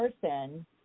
person